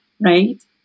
right